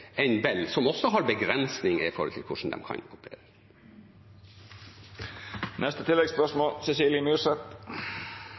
enn Bell, som også har begrensninger med hensyn til hvordan de kan